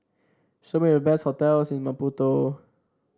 show me the best hotels in Maputo